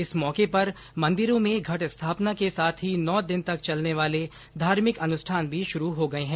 इस मौके पर मंदिरों में घट स्थापना के साथ ही नौ दिन तक चलने वाले धार्मिक अनुष्ठान भी शुरू हो गए हैं